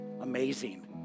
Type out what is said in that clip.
amazing